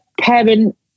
parent